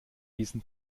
diesen